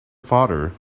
father